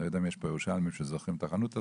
אני לא יודע אם יש פה ירושלמים שזוכרים את החנות הזאת.